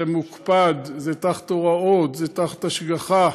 זה מוקפד, זה תחת הוראות, זה תחת השגחה.